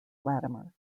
latimer